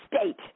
state